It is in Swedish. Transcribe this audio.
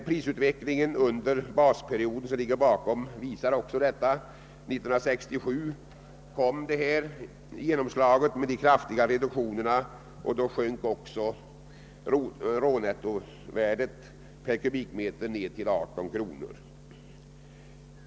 Prisutvecklingen under den föregående basperioden visar också detta. 1967 kom genomslaget med de kraftiga reduktionerna, och då sjönk också rånettovärdet per kubikmeter ned till 18 kronor.